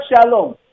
shalom